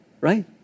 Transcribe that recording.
Right